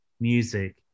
music